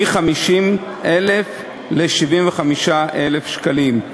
מ-50,000 ל-75,000 שקלים.